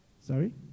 Sorry